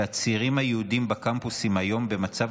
שהצעירים היהודים בקמפוסים היום במצב